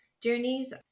journeys